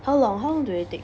how long how long do they think